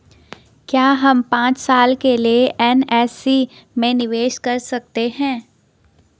क्या हम पांच साल के लिए एन.एस.सी में निवेश कर सकते हैं?